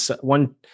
one